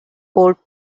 old